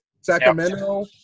Sacramento